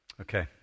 Okay